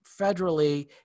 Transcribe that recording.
federally